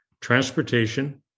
transportation